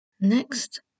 Next